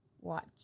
Watch